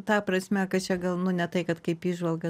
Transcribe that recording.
ta prasme kad čia gal nu ne tai kad kaip įžvalga